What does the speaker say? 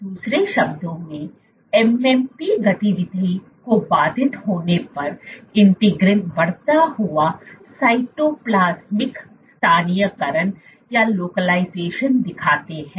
दूसरे शब्दों में MMP गतिविधि को बाधित होने पर इंटीग्रिन बढ़ता हुआ साइटोप्लाज्मिक स्थानीयकरण दिखाते है